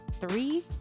three